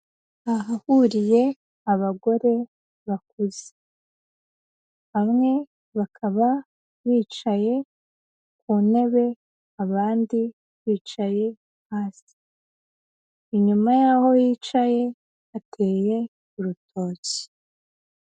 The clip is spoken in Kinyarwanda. Ahahuriye abagore bakuze. Bamwe bakaba bicaye ku ntebe, abandi bicaye hasi. Inyuma y'aho bicaye hateye urutoki.